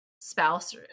spouse